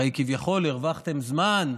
הרי כביכול הרווחתם זמן,